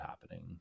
happening